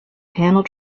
panel